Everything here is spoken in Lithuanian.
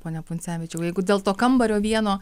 pone pundzevičiau jeigu dėl to kambario vieno